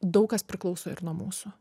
daug kas priklauso ir nuo mūsų